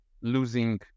losing